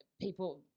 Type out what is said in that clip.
people